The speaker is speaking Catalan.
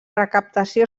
recaptació